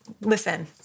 listen